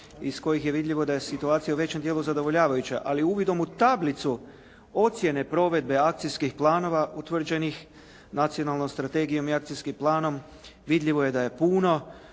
iz kojih je vidljivo da je situacija u većem dijelu zadovoljavajuća, ali uvidom u Tablicu ocjene provedbe akcijskih planova utvrđenih nacionalnom strategijom i akcijskim planom vidljivo je da je puno